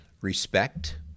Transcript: respect